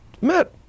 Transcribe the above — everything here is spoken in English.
Matt